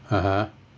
(uh huh)